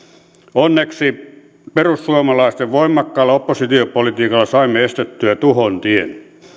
onneksi perussuomalaisten voimakkaalla oppositiopolitiikalla saimme estettyä tuhon tien